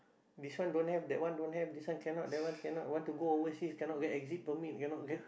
this one don't have that one don't have this one cannot that one cannot want to go overseas cannot get exit permit cannot get